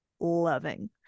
loving